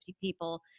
people